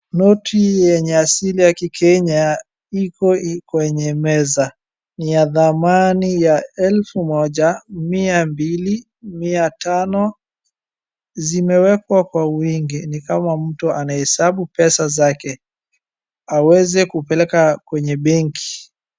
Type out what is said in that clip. Noti yenye asili ya kikenya iko kwenye meza. Ni ya dhamani ya elfu moja, mia mbili, mia tano. Zimewekwa kwa wingi ni kama mtu anahesabu pesa zake aweze kupeleka kwenye benki.